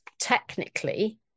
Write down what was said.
technically